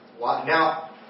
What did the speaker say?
Now